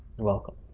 you're welcome.